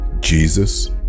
Jesus